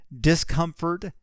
discomfort